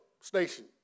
station